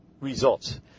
results